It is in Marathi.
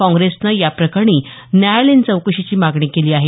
काँग्रेसनं या प्रकरणी न्यायालयीन चौकशीची मागणी केली आहे